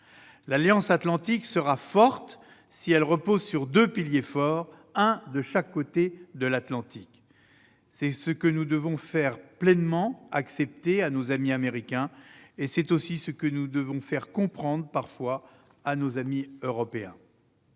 L'Alliance atlantique sera forte si elle repose sur deux piliers forts, un de chaque côté de l'Atlantique. C'est ce que nous devons faire pleinement accepter à nos amis Américains. C'est aussi ce que nous devons faire comprendre, parfois, à nos amis Européens.